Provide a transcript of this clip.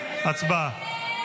הצבעה.